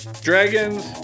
dragons